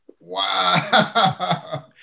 wow